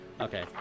Okay